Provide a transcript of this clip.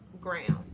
ground